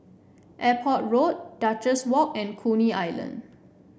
Airport Road Duchess Walk and Coney Island